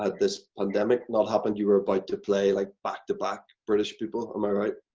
but this pandemic not happened, you were about to play like back to back british people, um ah